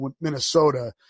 Minnesota